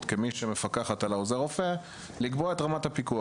כמי שמפקחת על עוזר הרופא לקבוע את רמת הפיקוח.